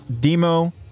Demo